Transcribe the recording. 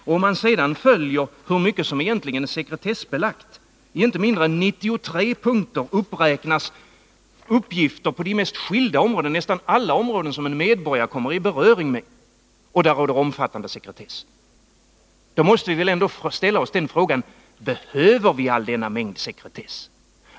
Om man sedan ser efter hur mycket som är sekretessbelagt, finner man att det i inte mindre än 93 punkter uppräknas uppgifter på de mest skilda områden — nästan alla områden som en medborgare kommer i beröring med — där det råder omfattande sekretess. Då måste vi väl ändå ställa oss frågan: Behöver vi all denna sekretess?